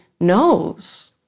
knows